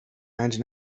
رنج